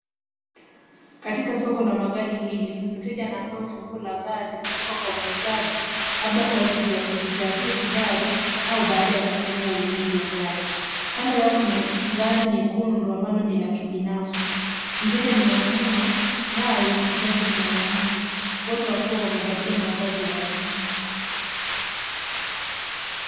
Katika soko la magari hili, mteja anapewa funguo la gari kutoka kwa muuzaji, labda kwa ajili ya kulijaribu gari, au baada ya kufanya ununuzi wa gari. Kando yao kuna gari nyekundu ambalo ni la kibinafsi. Mteja ni mwanamume, naye muuzaji ni mwanamke, wote wakiwa wamevalia mavazi rasmi.